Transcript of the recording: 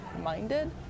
minded